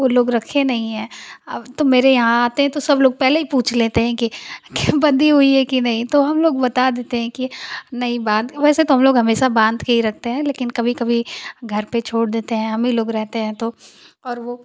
उ लोग रखे नहीं हैं तो मेरे यहाँ आते हैं तो सब लोग पहले हीं पूछ लेते है कि कि बंधी हुई है कि नहीं हम लोग बता देते हैं कि नहीं बांध वैसे तो हम लोग तो हमेशा बांध कर ही रखते है लेकिन कभी कभी घर पर छोड़ देते है हमी लोग रहते हैं तो और वो